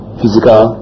physical